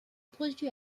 produit